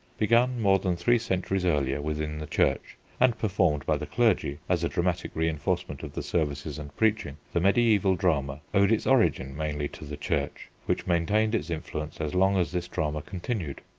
begun more than three centuries earlier within the church and performed by the clergy, as a dramatic reinforcement of the services and preaching, the mediaeval drama owed its origin mainly to the church which maintained its influence as long as this drama continued.